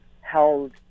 held